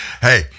Hey